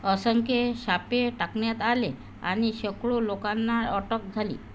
असंख्ये शापे टाकण्यात आले आणि शेकडो लोकांना अटक झाली